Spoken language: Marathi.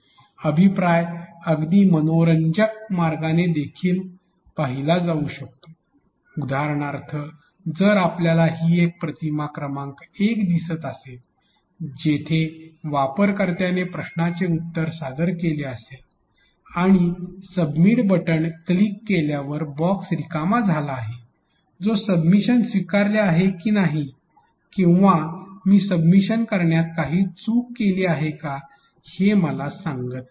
अभिप्राय अगदी मनोरंजक मार्गाने देखील पाहीले जाऊ शकतो उदाहरणार्थ जर आपल्याला ही एक प्रतिमा क्रमांक एक दिसत असेल जेथे वापरकर्त्याने प्रश्नाचे उत्तर सादर केले असेल आणि सबमिट बटण क्लिक केल्यावर बॉक्स रिकामा झाला आहे जो सबमिशन स्वीकारले आहे की नाही किंवा मी सबमिट करण्यात काही चूक केली आहे का हे मला सांगत नाही